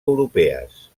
europees